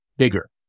bigger